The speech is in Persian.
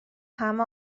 همه